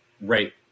Right